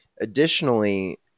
Additionally